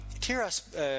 tira's